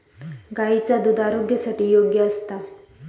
गायीचा दुध आरोग्यासाठी योग्य असता